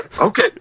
okay